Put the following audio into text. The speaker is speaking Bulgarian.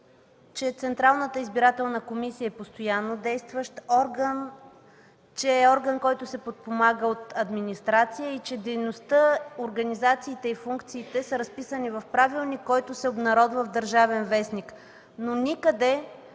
че Централната избирателна комисия е постоянно действащ орган, че е орган, който се подпомага от администрация, и че дейността, организацията и функциите са разписани в правилник, който се обнародва в „Държавен вестник”. Никъде